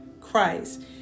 Christ